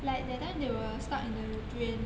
like that time they were stuck in the drain